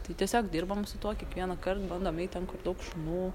tai tiesiog dirbom su tuo kiekvienąkart bandom eit ten kur daug šunų